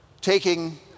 taking